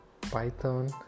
Python